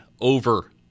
over